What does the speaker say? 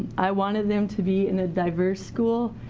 i wanted them to be in a diverse school.